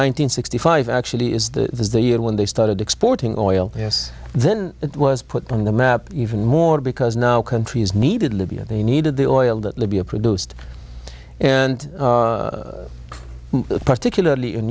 hundred sixty five actually is the year when they started exporting oil yes then it was put on the map even more because now countries needed libya they needed the oil that libya produced and particularly in